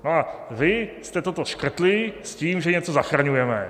A vy jste toto škrtli s tím, že něco zachraňujeme.